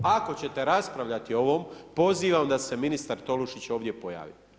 Ako ćete raspravljati o ovome, pozivam da se ministar Tolušić ovdje pojavi.